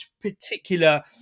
particular